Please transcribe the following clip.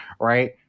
Right